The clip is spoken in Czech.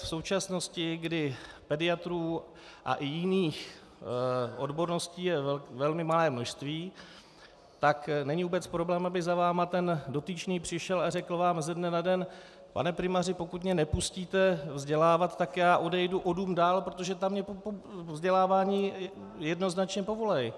V současnosti, kdy pediatrů a i jiných odborností je velmi malé množství, tak není vůbec problém, aby za vámi dotyčný přišel a řekl vám ze dne na den: Pane primáři, pokud mě nepustíte vzdělávat, tak já odejdu o dům dál, protože tam mi vzdělávání jednoznačně povolí.